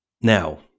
Now